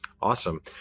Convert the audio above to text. Awesome